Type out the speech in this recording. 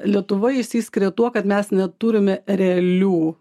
lietuva išsiskiria tuo kad mes neturime realių